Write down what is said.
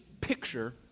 picture